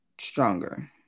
stronger